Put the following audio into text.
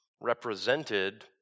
represented